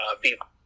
people